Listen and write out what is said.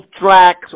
tracks